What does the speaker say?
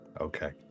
Okay